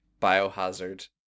Biohazard